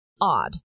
odd